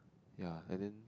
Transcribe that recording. ya and then